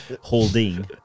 Holding